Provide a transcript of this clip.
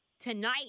tonight